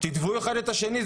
לתבוע אחד את השני.